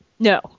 no